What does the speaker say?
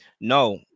no